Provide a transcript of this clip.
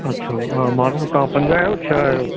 अच्छा हा माण्हू तव्हां पंज आहियो छह आहियो